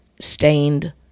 stained